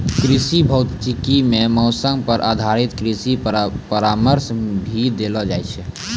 कृषि भौतिकी मॅ मौसम पर आधारित कृषि परामर्श भी देलो जाय छै